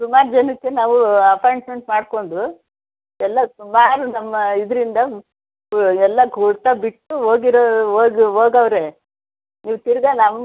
ಸುಮಾರು ಜನಕ್ಕೆ ನಾವು ಅಪಾಯಿಂಟ್ಮೆಂಟ್ ಮಾಡಿಕೊಂಡು ಎಲ್ಲ ಸುಮಾರು ನಮ್ಮ ಇದರಿಂದ ಎಲ್ಲ ಗುಟ್ಕಾ ಬಿಟ್ಟು ಹೋಗಿರುವ ಹೋಗಿ ಹೋಗವ್ರೆ ನೀವು ತಿರ್ಗಿ ನಮ್ಮ